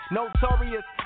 Notorious